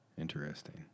Interesting